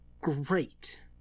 great